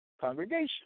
congregation